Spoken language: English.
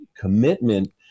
Commitment